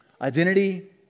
Identity